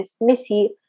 Missy